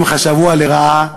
הם חשבוה לרעה,